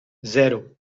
zero